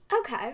Okay